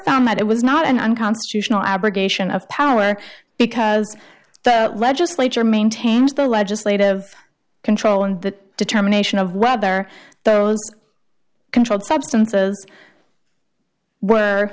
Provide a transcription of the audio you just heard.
found that it was not an unconstitutional abrogation of power because the legislature maintains the legislative control and the determination of whether those controlled substances were